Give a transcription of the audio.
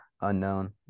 unknown